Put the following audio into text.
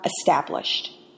established